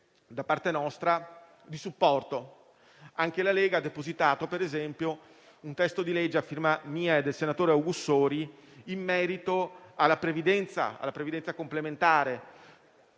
da parte nostra. La Lega ha depositato, per esempio, un testo di legge, a firma mia e del senatore Augussori, in merito alla previdenza complementare.